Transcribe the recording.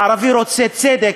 הערבי רוצה צדק,